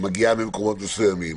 שמגיעה ממקומות מסוימים,